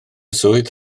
swydd